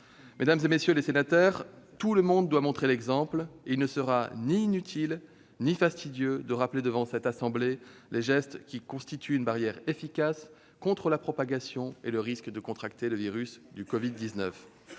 Mesdames, messieurs les sénateurs, tout le monde doit montrer l'exemple, et il ne sera ni inutile ni fastidieux de rappeler devant votre assemblée les gestes qui constituent une barrière efficace contre la propagation et le risque de contracter le virus du Covid-19